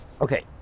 Okay